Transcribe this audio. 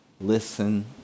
Listen